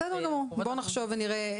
בסדר גמור, בואו נחשוב ונראה.